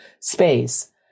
space